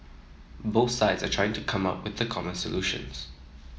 both sides are trying to come up with common solutions